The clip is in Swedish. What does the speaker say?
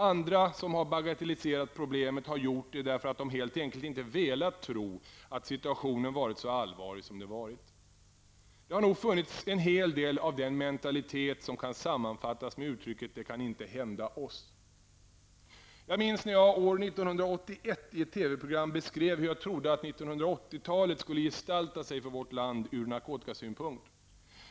Andra som har bagatelliserat problemet har gjort det därför att de helt enkelt inte velat tro att situationen varit så allvarlig som den varit. Det har nog funnits en hel del av den mentalitet som kan sammanfattas med uttrycket ''det kan inte hända oss''. Jag minns när jag år 1981 i ett TV-program beskrev hur jag trodde att 80-talet skulle gestalta sig för vårt land ur narkotikasynpunkt.